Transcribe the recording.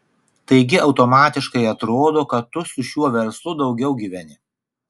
taigi automatiškai atrodo kad tu su šiuo verslu daugiau gyveni